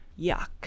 yuck